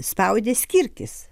spaudė skirtis